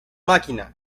máquina